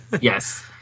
yes